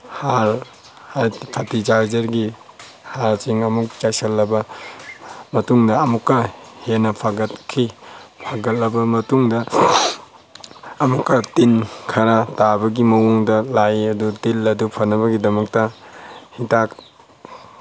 ꯍꯥꯔ ꯐꯔꯇꯤꯂꯥꯏꯖꯔꯒꯤ ꯍꯥꯔꯁꯤꯡ ꯑꯃꯨꯛ ꯆꯥꯏꯁꯤꯡꯂꯕ ꯃꯇꯨꯡꯗ ꯑꯃꯨꯛꯀ ꯍꯦꯟꯅ ꯐꯒꯠꯈꯤ ꯐꯒꯠꯂꯕ ꯃꯇꯨꯡꯗ ꯑꯃꯨꯛꯀ ꯇꯤꯟ ꯈꯔ ꯇꯥꯕꯒꯤ ꯃꯑꯣꯡꯗ ꯂꯥꯛꯏ ꯑꯗꯨ ꯇꯤꯟ ꯑꯗꯨ ꯐꯅꯕꯒꯤꯗꯃꯛꯇ ꯍꯤꯗꯥꯛ